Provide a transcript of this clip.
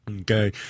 Okay